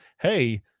Hey